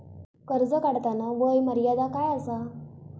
कर्ज काढताना वय मर्यादा काय आसा?